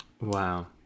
wow